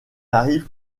arrive